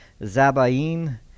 Zabaim